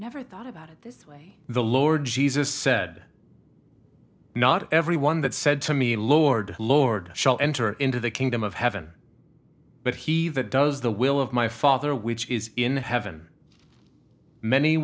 never thought about it this way the lord jesus said not everyone that said to me lord lord shall enter into the kingdom of heaven but he that does the will of my father which is in heaven many